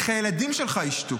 איך הילדים שלך ישתו?